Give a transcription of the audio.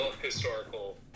historical